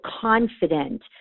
confident